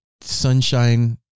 sunshine